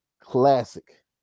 Classic